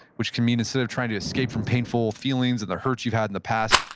which can mean instead of trying to escape from painful feelings and the hurt you've had in the past,